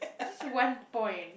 it's just one point